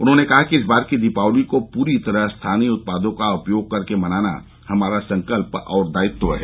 उन्होंने कहा कि इस बार की दीपावली को पूरी तरह स्थानीय उत्पादों का उपयोग करके मनाना हमारा संकल्प और दायित्व है